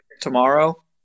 tomorrow